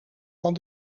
van